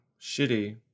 shitty